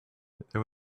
there